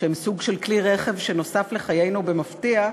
שהם סוג של כלי רכב שנוסף לחיינו במפתיע,